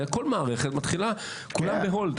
כל מערכת מתחילה, כולם ב"הולד".